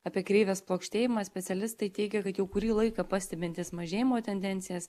apie kreivės plokštėjimą specialistai teigia kad jau kurį laiką pastebintys mažėjimo tendencijas